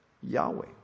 Yahweh